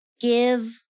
give